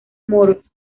moros